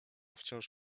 wciąż